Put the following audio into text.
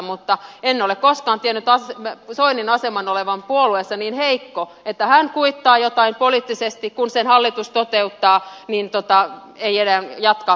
mutta en ole koskaan tiennyt soinin aseman olevan puolueessa niin heikko että kun hän kuittaa jotain poliittisesti ja kun sen hallitus toteuttaa niin hän ei enää jatka vastuullista linjaa